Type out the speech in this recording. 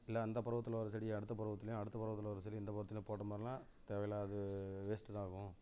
இல்லை அந்த பருவத்தில் வர செடியை அடுத்த பருவத்துலேயும் அடுத்த பருவத்தில் வர செடியை இந்த பருவத்துலேயும் போட்ட மாதிரிலாம் தேவையில்லாதது வேஸ்ட்டு தான் ஆகும்